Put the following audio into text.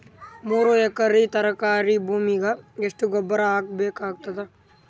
ಮೂರು ಎಕರಿ ತರಕಾರಿ ಭೂಮಿಗ ಎಷ್ಟ ಗೊಬ್ಬರ ಹಾಕ್ ಬೇಕಾಗತದ?